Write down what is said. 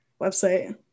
website